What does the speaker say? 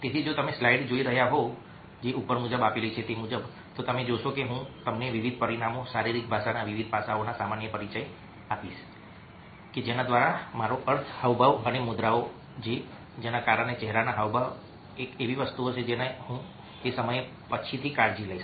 તેથી જો તમે સ્લાઇડ્સ જોઈ રહ્યા હોવ તો તમે જોશો કે હું તમને વિવિધ પરિમાણો શારીરિક ભાષાના વિવિધ પાસાઓનો સામાન્ય પરિચય આપીશ કે જેના દ્વારા મારો અર્થ હાવભાવ અને મુદ્રાઓ છે કારણ કે ચહેરાના હાવભાવ એક એવી વસ્તુ છે જેની હું સમયે પછીથી કાળજી લઈશ